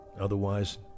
Otherwise